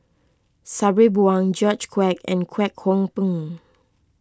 Sabri Buang George Quek and Kwek Hong Png